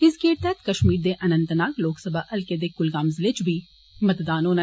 इस गैड तैहत कश्मीर दे अन्नतनाग लोकसभा हल्के दे कुलगाम जिले इच बी मतदान होग